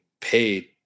paid